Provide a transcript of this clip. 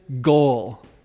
goal